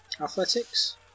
Athletics